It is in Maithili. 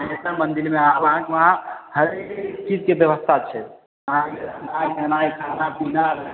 एतऽ मन्दिरमे आब आहाँके हुआँ हर चीजके व्यवस्था छै अहाँके रहनाइ सोनाइ खाना पीना